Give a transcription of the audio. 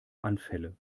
anfälle